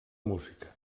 música